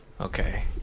okay